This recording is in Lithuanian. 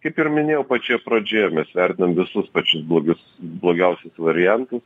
kaip ir minėjau pačioje pradžioje mes vertinam visus pačius blogius blogiausius variantus